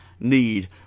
need